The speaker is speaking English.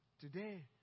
Today